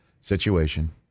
situation